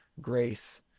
grace